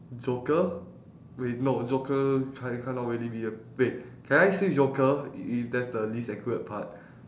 joker wait no joker can't cannot really be a wait can I say joker if that's the least accurate part